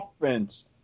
offense